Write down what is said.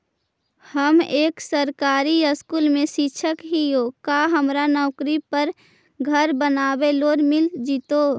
हम एक सरकारी स्कूल में शिक्षक हियै का हमरा नौकरी पर घर बनाबे लोन मिल जितै?